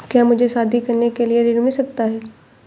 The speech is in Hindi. क्या मुझे शादी करने के लिए ऋण मिल सकता है?